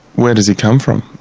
where does he come from?